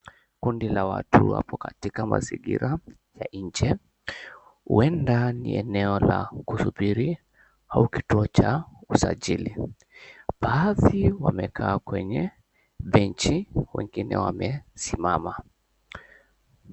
Kundi la watu wapo katika mazingira ya nje. Huenda ni eneo la kusubiri au kituo cha usajili. Baadhi wamekaa kwenye bench wengine wamesimama.